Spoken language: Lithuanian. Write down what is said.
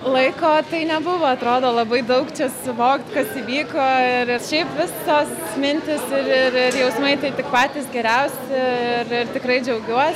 laiko tai nebuvo atrodo labai daug čia susivokt kas įvyko ir ir šiaip visos mintys ir ir jausmai tai tik patys geriausi ir ir tikrai džiaugiuosi